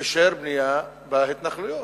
אישר בנייה בהתנחלויות,